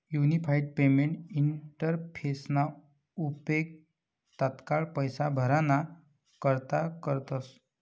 unified payment इंटरफेसना उपेग तात्काय पैसा भराणा करता करतस